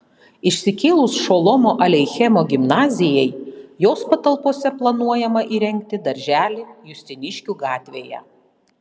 išsikėlus šolomo aleichemo gimnazijai jos patalpose planuojama įrengti darželį justiniškių gatvėje